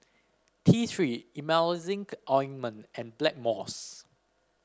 T Three Emulsying Ointment and Blackmores